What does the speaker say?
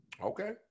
Okay